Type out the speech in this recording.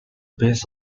best